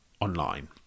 online